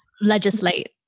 legislate